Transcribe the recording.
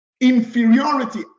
inferiority